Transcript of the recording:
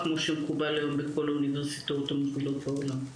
כמו שמקובל היום בכל האוניברסיטאות המובילות בעולם.